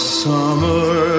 summer